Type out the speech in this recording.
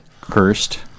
Cursed